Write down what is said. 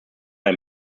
ein